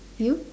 you